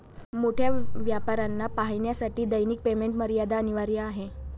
मोठ्या व्यापाऱ्यांना पाहण्यासाठी दैनिक पेमेंट मर्यादा अनिवार्य आहे